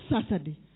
Saturday